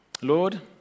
Lord